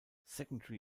secondary